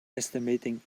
estimating